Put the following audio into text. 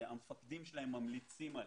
במידה והמפקדים שלהם ממליצים עליהם.